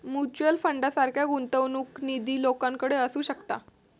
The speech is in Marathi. म्युच्युअल फंडासारखा गुंतवणूक निधी लोकांकडे असू शकता